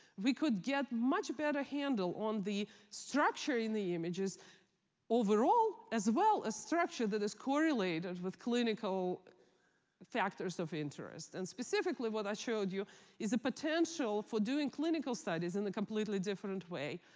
we could get much better handle on the structure in the images overall, as well as structure that is correlated with clinical factors of interest. and specifically, what i showed you is a potential for doing clinical studies in a completely different way.